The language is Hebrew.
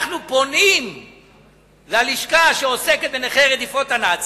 אנחנו פונים ללשכה שעוסקת בנכי רדיפות הנאצים,